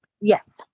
Yes